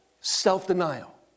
self-denial